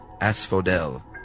Asphodel